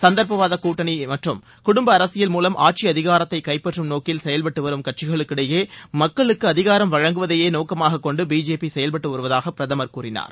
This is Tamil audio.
சந்தர்ப்பவாத கூட்டணி மற்றும் குடும்ப அரசியல் மூவம் ஆட்சி அதிகாரத்தை கைப்பற்றும் நோக்கில் செயல்பட்டு வரும் கட்சிகளுக்கிடையே மக்களுக்கு அதிகாரம் வழங்குவதையே நோக்கமாக கொண்டு பிஜேபி செயல்படுவதாக பிரதமர் கூறினார்